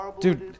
dude